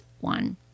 one